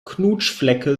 knutschflecke